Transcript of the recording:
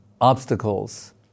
Obstacles